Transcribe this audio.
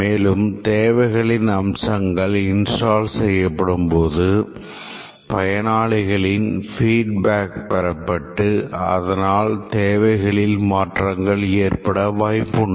மேலும் தேவைகளின் அம்சங்கள் இன்ஸ்டால் செய்யப்படும்போது பயனாளர்களின் feedback பெறப்பட்டு அதனால் தேவைகளில் மாற்றங்கள் ஏற்பட வாய்ப்புண்டு